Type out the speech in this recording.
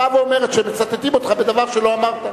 הבאה ואומרת שמצטטים אותך בדבר שלא אמרת.